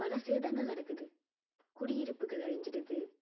பல சேதங்கள் நடக்குது குடியிருப்புகள் அழிஞ்சிடுது